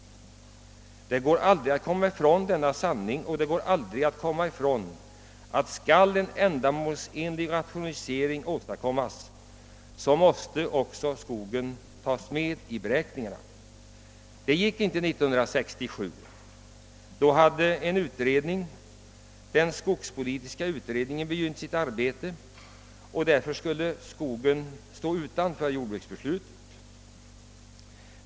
Det går aldrig att komma ifrån det faktum att skall en ändamålsenlig rationalisering åstadkommas måste också skogen tas med i beräkningen. Det gjordes inte 1967. Då hade den skogspolitiska utredningen börjat sitt arbete, och därför skulle skogen ställas utanför jordbruksbeslutet.